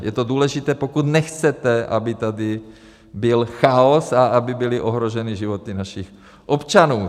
Je to důležité, pokud nechcete, aby tady byl chaos a aby byly ohroženy životy našich občanů.